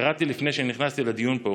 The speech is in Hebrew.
קראתי לפני שנכנסתי לדיון פה